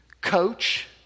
Coach